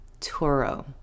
Toro